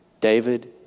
David